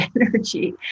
energy